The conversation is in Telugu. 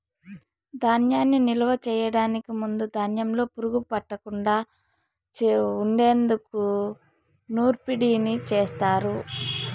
ధాన్యాన్ని నిలువ చేయటానికి ముందు ధాన్యంలో పురుగు పట్టకుండా ఉండేందుకు నూర్పిడిని చేస్తారు